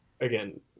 again